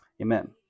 Amen